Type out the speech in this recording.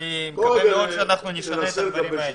אני מקווה שמאוד שאנחנו נשנה את הדברים האלה.